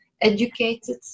educated